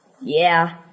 Yeah